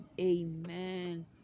Amen